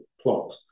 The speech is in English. plot